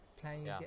playing